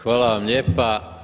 Hvala vam lijepa.